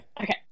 okay